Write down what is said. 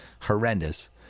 horrendous